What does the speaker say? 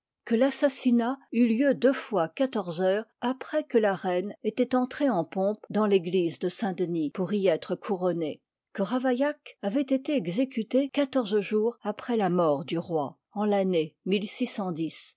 que l'assassinat eut lieu deux fois quatorze heures après que la reine étoit entrée en pompe dans l'église de saint-denis pour y être couronnée que ravaillac avoit été exécuté quatorze jours après la mort du roi en l'année